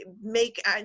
make